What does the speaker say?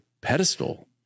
pedestal